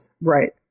Right